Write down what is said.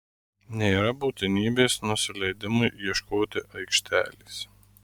nėra būtinybės nusileidimui ieškoti aikštelės